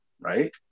right